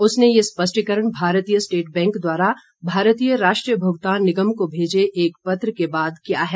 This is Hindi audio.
उसने यह स्पष्टीकरण भारतीय स्टेट बैंक द्वारा भारतीय राष्ट्रीय भुगतान निगम को भेजे एक पत्र के बाद किया है